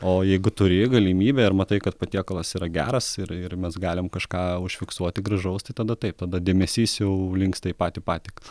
o jeigu turi galimybę ir matai kad patiekalas yra geras ir ir mes galim kažką užfiksuoti gražaus tai tada taip tada dėmesys jau linksta į patį patiekalą